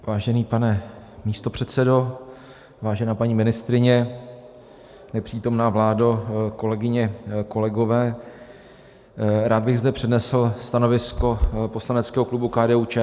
Vážený pane místopředsedo, vážená paní ministryně, nepřítomná vládo , kolegyně, kolegové, rád bych zde přednesl stanovisko poslaneckého klubu KDUČSL.